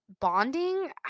bonding